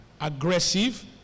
aggressive